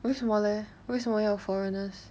为什么 leh 为什么要 foreigners